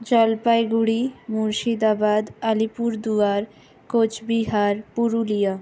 Jalpaiguri Murshidabad Alipurduar Cooch Behar Purulia